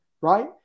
right